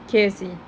K_F_C